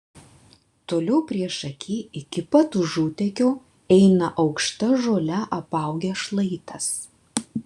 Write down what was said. toliau priešaky iki pat užutekio eina aukšta žole apaugęs šlaitas